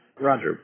Roger